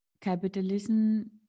capitalism